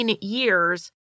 years